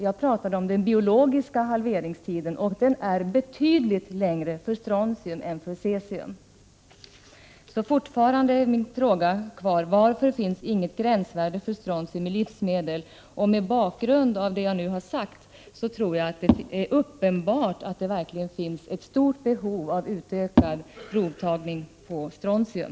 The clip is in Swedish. Jag talade om den biologiska halveringstiden, och den är betydligt längre för strontium än för cesium. Fortfarande står min fråga kvar: Varför finns inget gränsvärde för strontium i livsmedel? Mot bakgrund av det jag nu har sagt tror jag att det är uppenbart att det verkligen finns ett stort behov av utökad provtagning med avseende på strontium.